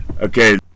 Okay